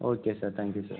okay sir thank you sir